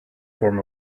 form